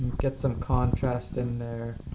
get some contrast in there,